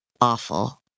awful